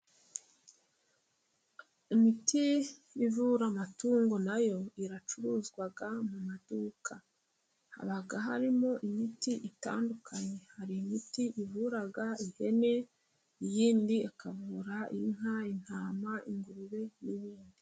Imiti ivura amatungo na yo iracuruzwa mu maduka, haba harimo imiti itandukanye, hari imiti ivura ihene, iyindi ikavura inka, intama, ingurube n'ibindi.